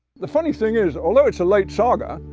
the funny thing is, although it's a late saga,